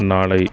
நாளை